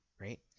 right